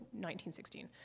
1916